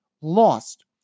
lost